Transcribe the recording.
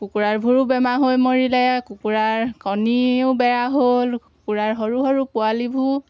কুকুৰাৰবোৰো বেমাৰ হৈ মৰিলে কুকুৰাৰ কণীও বেয়া হ'ল কুকুৰাৰ সৰু সৰু পোৱালিবোৰ